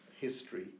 history